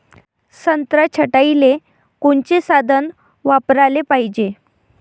संत्रा छटाईले कोनचे साधन वापराले पाहिजे?